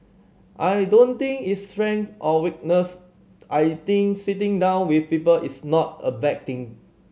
I don't think it's strength or weakness I think sitting down with people is not a bad thing